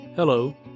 Hello